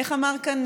איך אמרת כאן,